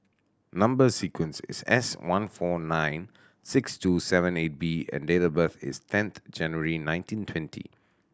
number sequence is S one four nine six two seven eight B and date of birth is tenth January nineteen twenty